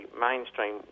mainstream